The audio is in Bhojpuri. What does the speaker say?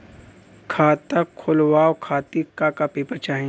खाता खोलवाव खातिर का का पेपर चाही?